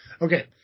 Okay